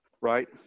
right